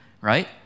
right